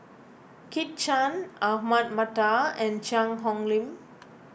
Kit Chan Ahmad Mattar and Cheang Hong Lim